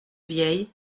vieille